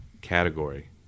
category